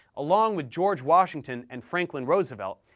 along with george washington and franklin roosevelt,